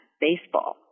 baseball